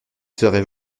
serait